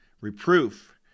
reproof